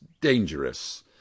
dangerous